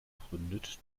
gründet